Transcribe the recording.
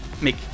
make